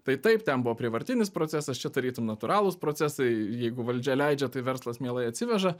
tai taip ten buvo prievartinis procesas čia tarytum natūralūs procesai jeigu valdžia leidžia tai verslas mielai atsiveža